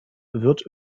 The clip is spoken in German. wird